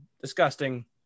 disgusting